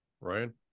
Ryan